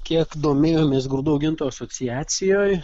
kiek domėjomės grūdų augintojų asociacijoj